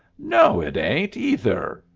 no, it ain't, either!